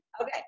Okay